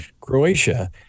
Croatia